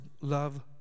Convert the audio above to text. love